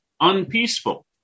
unpeaceful